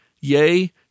yea